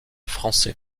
français